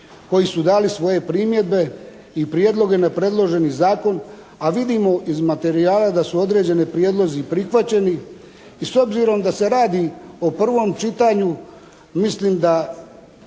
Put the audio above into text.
koji su dali svoje primjedbe i prijedloge na predloženi Zakon, a vidimo iz materijala da su određeni prijedlozi prihvaćeni i s obzirom da se radi o prvom čitanju mislim da